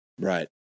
Right